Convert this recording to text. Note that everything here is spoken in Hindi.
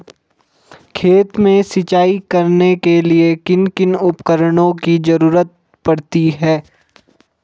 खेत में सिंचाई करने के लिए किन किन उपकरणों की जरूरत पड़ती है?